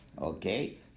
Okay